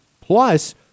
plus